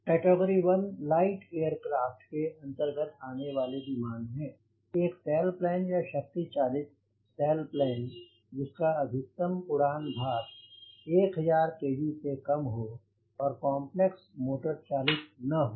category I light aircraft के अंतर्गत आने वाले विमान हैं एक सैलप्लेन या शक्ति चालित सैलप्लेन जिसका अधिकतम उड़ान भर 1000 kg से काम हो और कॉम्प्लेक्स मोटर चालित न हो